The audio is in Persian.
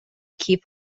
کیف